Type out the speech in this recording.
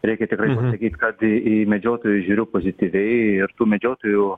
reikia tikrai pasakyt kad į medžiotojus žiūriu pozityviai ir tų medžiotojų